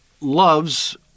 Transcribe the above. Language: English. loves